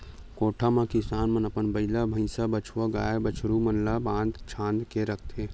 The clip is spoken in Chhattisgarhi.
कोठा म किसान मन अपन बइला, भइसा, बछवा, गाय, बछरू मन ल बांध छांद के रखथे